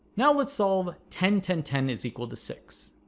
now let's solve ten ten ten is equal to six